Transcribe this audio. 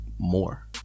more